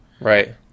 Right